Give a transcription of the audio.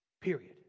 Period